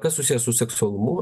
kas susiję su seksualumu